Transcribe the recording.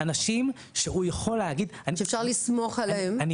כן, אנשים שאפשר לסמוך עליהם אם תרצו.